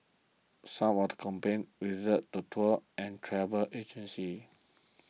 some of the complaints reserved to tours and travel agencies